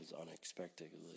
unexpectedly